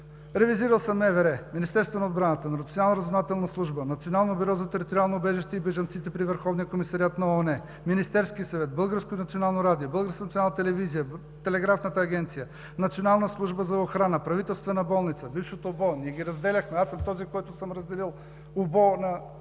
Ревизирал съм МВР, Министерството на отбраната, Националната разузнавателна служба, Националното бюро за териториално убежище и бежанците при Върховния комисариат на ООН, Министерския съвет, Българското национално радио, Българската национална телевизия, Българската телеграфна агенция, Националната служба за охрана, Правителствена болница, бившето УБО – ние ги разделяхме. Аз съм този, който е разделил УБО на